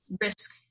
risk